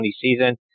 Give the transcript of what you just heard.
season